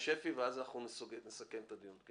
אני